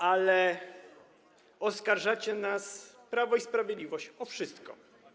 Ale oskarżacie nas, Prawo i Sprawiedliwość, o wszystko.